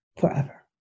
forever